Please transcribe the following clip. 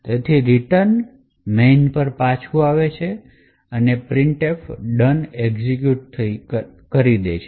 તેથી return main પર પાછુ આવી શકે છે અને printf done એઝિક્યૂટ થાય છે